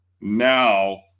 Now